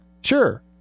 sure